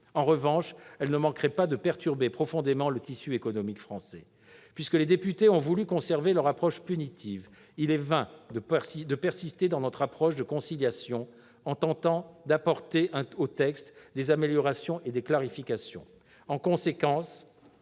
En revanche, elle ne manquerait pas de perturber profondément le tissu économique français. Puisque les députés ont voulu conserver leur approche punitive, il est vain de persister dans notre approche de conciliation en tentant d'apporter au texte des améliorations et des clarifications.